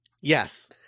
yes